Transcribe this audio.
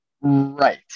Right